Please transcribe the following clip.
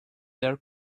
their